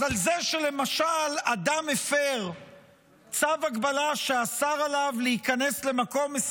אז על זה שלמשל אדם הפר צו הגבלה שאסר עליו להיכנס למקום,